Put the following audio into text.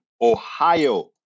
Ohio